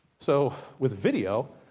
so with video.